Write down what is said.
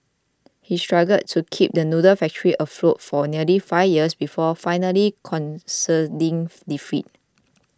he struggled to keep the noodle factory afloat for nearly five years before finally conceding defeat